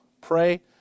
pray